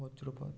বজ্রপাত